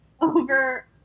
over